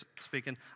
speaking